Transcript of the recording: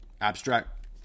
abstract